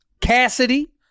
Cassidy